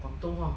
广东